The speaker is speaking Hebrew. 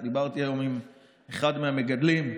דיברתי היום עם אחד מהמגדלים,